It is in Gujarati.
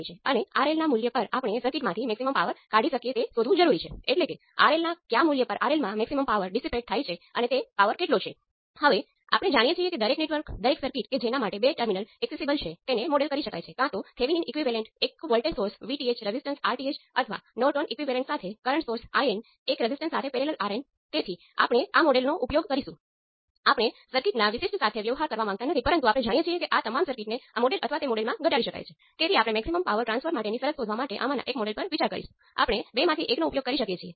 હવે ચાલો કહીએ કે આપણી પાસે બે પોર્ટ છે અને આપણે પોર્ટ 1 પર કરંટ અને પોર્ટ 2 પર વોલ્ટેજ લગાવવાનું વિચારીએ છીએ